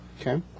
Okay